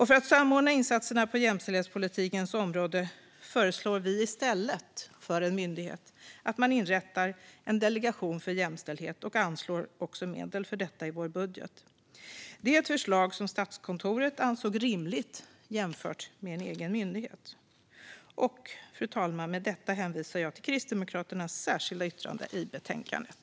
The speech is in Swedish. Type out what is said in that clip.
För att samordna insatserna på jämställdhetspolitikens område föreslår vi att man i stället för en myndighet inrättar en delegation för jämställdhet, och vi anslår också medel för detta i vår budget. Det är ett förslag som Statskontoret ansåg rimligt jämfört med en egen myndighet. Fru talman! Med detta hänvisar jag till Kristdemokraternas särskilda yttrande i betänkandet.